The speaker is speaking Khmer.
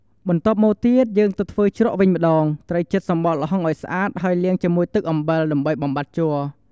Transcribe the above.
បន្ទាប់មកទៀតយើងទៅធ្វើជ្រក់វិញម្តង ត្រូវចិតសំបកល្ហុងឲ្យស្អាត ហើយលាងជាមួយទឹកអំបិល ដើម្បីបំបាត់ជ័រ។